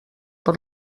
per